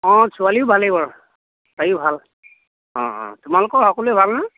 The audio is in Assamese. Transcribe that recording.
অঁ ছোৱালীৰ ভালেই বাৰু বাকী ভাল অঁ অঁ তোমালোকৰ সকলোৰে ভালনে